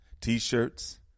T-shirts